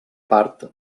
part